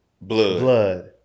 blood